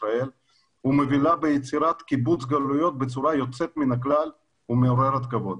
ישראל ומובילה ביצירת קיבוץ גלויות בצורה יוצאת מן הכלל ומעוררת כבוד.